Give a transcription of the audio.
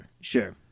sure